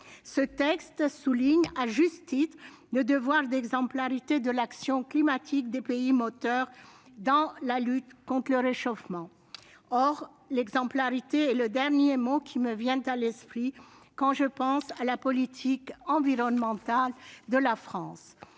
Ce texte souligne, à juste titre, le « devoir d'exemplarité des pays moteurs de l'action climatique » dans la lutte contre le réchauffement climatique. Or l'exemplarité est le dernier mot qui me vient à l'esprit quand je pense à la politique environnementale de la France.